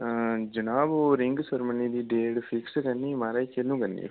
जनाब ओह् ring ceremony दी डेट फिक्स करनी माराज कैह्ल्लूं करनी ओह्